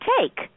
take